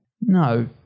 No